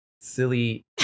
silly